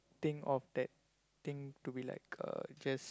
think of that thing to be like uh just